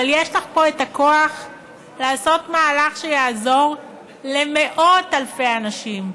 אבל יש לך פה את הכוח לעשות מהלך שיעזור למאות אלפי אנשים,